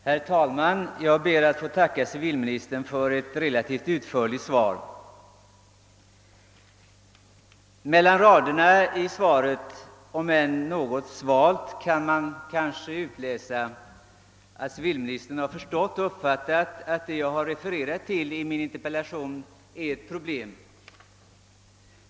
Herr talman! Jag ber att få tacka civilministern för ett relativt utförligt svar. | Mellan raderna i svaret kan man kanske utläsa att civilministern — även om hans inställning är något sval — har förstått att det jag redovisat i min interpellation är ett problem.